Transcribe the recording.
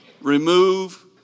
Remove